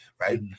Right